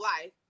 life